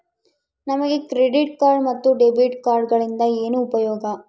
ನಮಗೆ credit card ಮತ್ತು debit ಕಾರ್ಡುಗಳಿಂದ ಏನು ಉಪಯೋಗ?